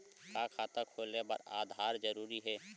का खाता खोले बर आधार जरूरी हे?